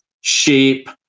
shape